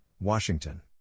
Washington